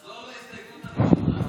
תחזור להסתייגות הראשונה.